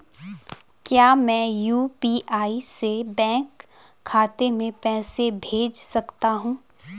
क्या मैं यु.पी.आई से बैंक खाते में पैसे भेज सकता हूँ?